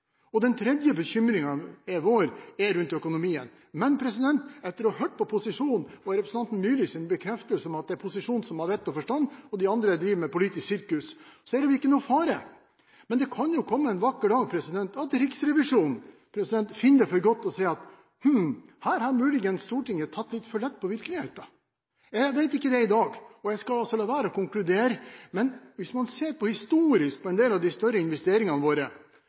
forsinkelser? Den tredje bekymringen vår handler om økonomien. Men etter å ha hørt på posisjonen og representanten Myrlis bekreftelse på at det er posisjonen som har vett og forstand, og de andre driver med politisk sirkus, er det ikke noen fare. Men en vakker dag kan Riksrevisjonen komme til å finne det for godt å si at her har muligens Stortinget tatt litt for lett på virkeligheten. Jeg vet ikke det i dag, og jeg skal også la være å konkludere. Men hvis man ser historisk på en del av de større investeringene våre,